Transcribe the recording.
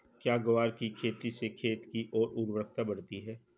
क्या ग्वार की खेती से खेत की ओर उर्वरकता बढ़ती है?